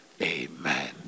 Amen